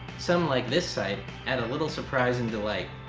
some, like this site add a little surprise and delight,